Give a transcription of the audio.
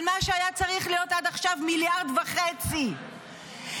על מה שהיה צריך להיות מיליארד וחצי עד עכשיו.